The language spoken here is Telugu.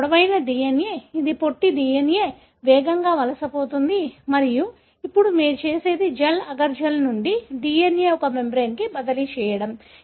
ఇది పొడవైన DNA ఇది పొట్టి DNA వేగంగా వలస పోతుంది మరియు అప్పుడు మీరు చేసేది జెల్ అగర్ జెల్ నుండి DNA ని ఒక మెమ్బ్రేన్కి బదిలీ చేయడం